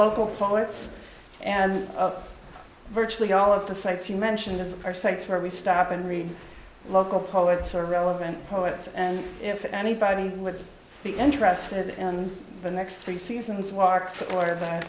local poets and of virtually all of the sites he mentioned as our sites where we stop and read local poets are relevant poets and if anybody would be interested in the next three seasons walk